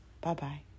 Bye-bye